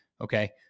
Okay